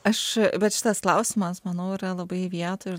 aš bet šitas klausimas manau yra labai vietoj ir